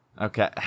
Okay